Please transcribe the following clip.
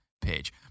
page